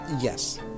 Yes